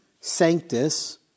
Sanctus